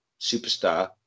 superstar